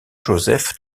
joseph